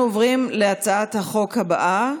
אנחנו עוברים להצעת חוק הבאה,